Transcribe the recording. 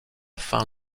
fin